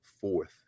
fourth